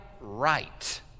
right